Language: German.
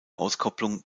auskopplung